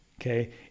Okay